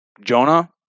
Jonah